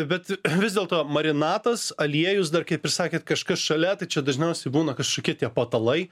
bet vis dėlto marinatas aliejus dar kaip ir sakėt kažkas šalia tai čia dažniausiai būna kažkokie tie patalai